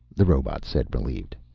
the robot said, relieved.